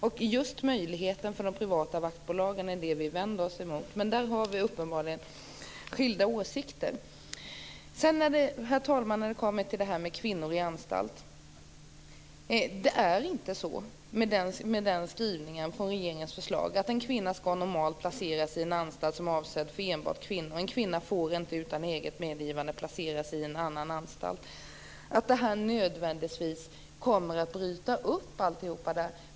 Det är just möjligheten för de privata vaktbolagen som vi vänder oss emot, men där har vi uppenbarligen skilda åsikter. Herr talman! När det gäller frågan om kvinnor i anstalt är skrivningen i regeringens förslag att en kvinna normalt skall placeras i en anstalt som är avsedd för enbart kvinnor och att en kvinna inte utan eget medgivande får placeras i en annan anstalt. Det innebär inte nödvändigtvis att allt kommer att brytas upp.